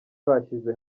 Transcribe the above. bashyize